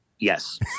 Yes